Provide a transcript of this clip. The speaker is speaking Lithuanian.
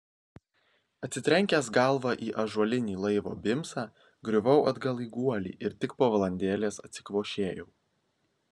atsitrenkęs galva į ąžuolinį laivo bimsą griuvau atgal į guolį ir tik po valandėlės atsikvošėjau